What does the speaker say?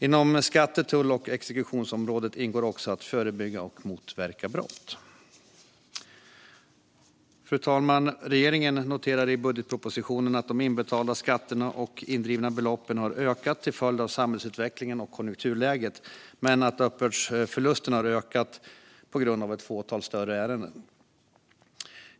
Inom skatte-, tull och exekutionsområdet ingår också att förebygga och motverka brott. Fru talman! Regeringen noterar i budgetpropositionen att de inbetalda skatterna och indrivna beloppen har ökat till följd av samhällsutvecklingen och konjunkturläget men att uppbördsförlusten har ökat på grund av ett fåtal större ärenden.